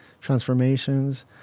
transformations